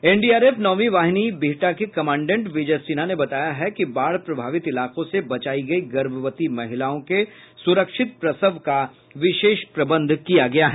NDRF नौंवी वाहिनी बिहटा के कमान्डेंट विजय सिन्हा ने बताया है कि बाढ़ प्रभवित इलाकों से बचाई गई गर्भवती महिलाओं के सुरक्षित प्रसव का विशेष प्रबंध किया गया है